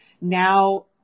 now